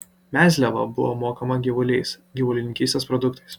mezliava buvo mokama gyvuliais gyvulininkystės produktais